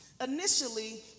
Initially